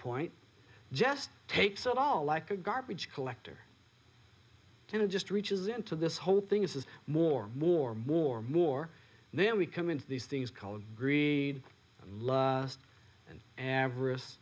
point just takes it all like a garbage collector and it just reaches into this whole thing is this more more more more then we come into these things called greed and love and avarice